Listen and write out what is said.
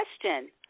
question